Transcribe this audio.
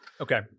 Okay